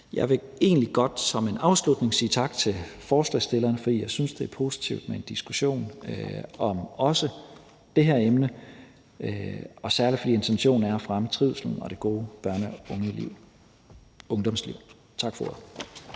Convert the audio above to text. Jeg vil egentlig godt som en afslutning sige tak til forslagsstillerne, for jeg synes, det er positivt med en diskussion om også det her emne, særlig fordi intentionen er at fremme trivslen og det gode børne- og ungdomsliv. Tak for